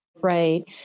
Right